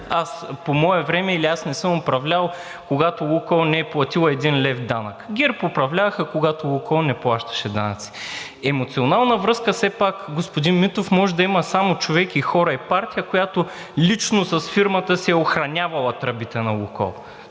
по мое време, или аз не съм управлявал, когато „Лукойл“ не е платила един лев данък. ГЕРБ управляваха, когато „Лукойл“ не плащаше данъци. Емоционална връзка все пак, господин Митов, може да има само човек, и хора, и партия, която лично с фирмата си е охранявала тръбите на „Лукойл“.